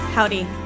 Howdy